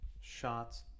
Shots